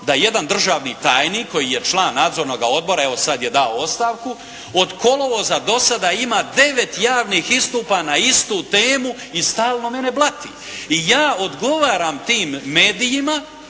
da jedan državni tajnik koji je član nadzornoga odbora, evo sad je dao ostavku od kolovoza do sada ima devet javnih istupa na istu temu i stalno mene blati. I ja odgovaram tim medijima,